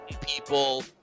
people